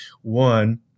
One